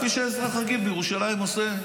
כפי שאזרח רגיל בירושלים עושה.